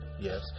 yes